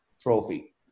trophy